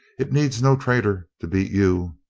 it needs no traitor to beat you.